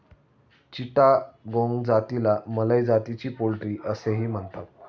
चिटागोंग जातीला मलय जातीची पोल्ट्री असेही म्हणतात